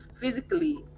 physically